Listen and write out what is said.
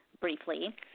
briefly